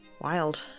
Wild